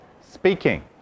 speaking